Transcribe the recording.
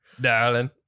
darling